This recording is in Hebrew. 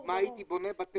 לדוגמה הייתי בונה בתי ספר,